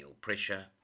pressure